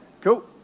Cool